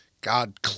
God